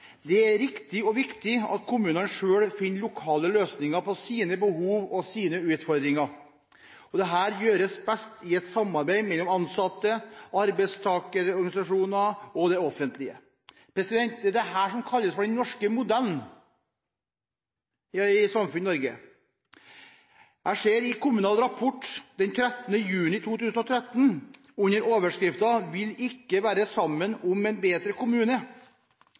Det er riktig og viktig at kommunene selv finner lokale løsninger på sine behov og sine utfordringer. Det gjøres best i et samarbeid mellom ansatte, arbeidstakerorganisasjoner og det offentlige. Det er dette som kalles «den norske modellen». Jeg ser i Kommunal Rapport for 13. juni 2013 under overskrifta «Vil ikke være «saman om ein betre kommune»».